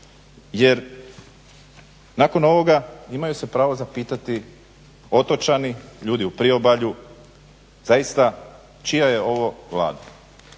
jer nakon ovoga imaju se pravo zapitati otočani, ljudi u priobalju zaista čija je ova Vlada.